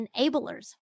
enablers